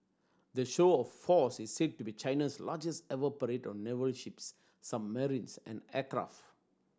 the show of force is said to be China's largest ever parade of naval ships submarines and aircraft